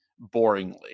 boringly